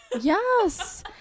Yes